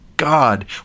God